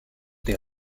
des